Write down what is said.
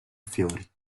fiori